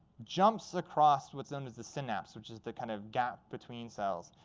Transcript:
jumps across what's known as the synapse, which is the kind of gap between cells,